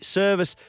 service